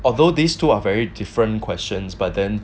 although these two are very different questions but then